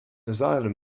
asylum